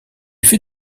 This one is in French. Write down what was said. fait